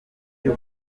byo